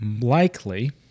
likely